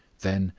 then,